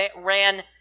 ran